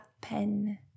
pen